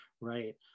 right